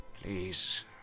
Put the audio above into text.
Please